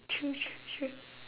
true true true